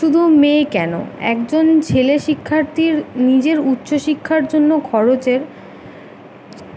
শুধু মেয়ে কেন একজন ছেলে শিক্ষার্থীর নিজের উচ্চশিক্ষার জন্য খরচের